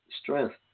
Strength